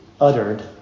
uttered